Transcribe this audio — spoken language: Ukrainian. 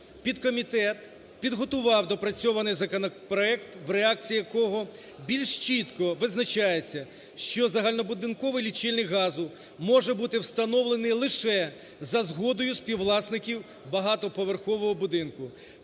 Підкомітет підготував доопрацьований законопроект, в реакції якого більш чітко визначається, що загальнобудинковий лічильник газу може бути встановлений лише за згодою співвласників багатоповерхового будинку.